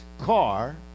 car